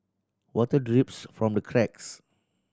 water drips from the cracks